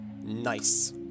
Nice